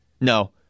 no